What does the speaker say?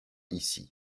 ici